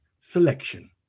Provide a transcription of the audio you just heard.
selection